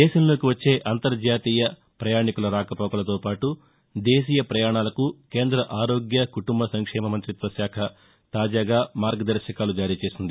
దేశంలోకివచ్చే అంతర్జాతీయ ప్రయాణీకుల రాకపోకలతోపాటు దేశీయ ప్రయాణాలకు కేంద్ర ఆరోగ్య కుటుంబ సంక్షేమ మంగ్రిత్వశాఖ తాజాగా మార్గదర్శకాలు జారీచేసింది